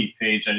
page